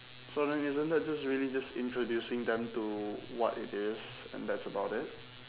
so then isn't that just really just introducing them to what it is and that's about it